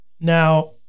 Now